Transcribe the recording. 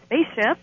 spaceship